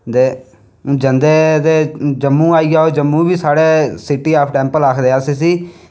ते जम्मू आई जाओ ते जम्मू बी साढ़े सिटी ऑफ टैम्पल आक्खदे अस इसी गी